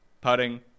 putting